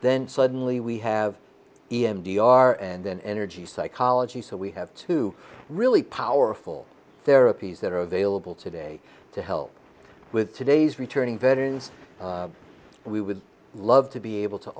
then suddenly we have e m t r and then energy psychology so we have to really powerful therapies that are available today to help with today's returning veterans we would love to be able to